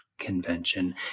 convention